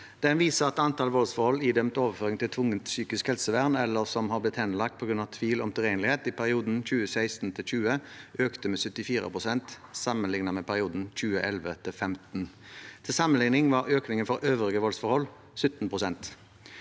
Den viser at antall voldsforhold idømt overføring til tvungent psykisk helsevern eller som har blitt henlagt på grunn av tvil om tilregnelighet, i perioden 2016–2020 økte med 74 pst. sammenlignet med perioden 2011–2015. Til sammenligning var økningen for øvrige voldsforhold 17 pst.